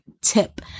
tip